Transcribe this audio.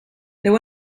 déu